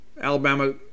Alabama